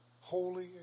holy